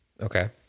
okay